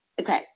okay